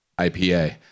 IPA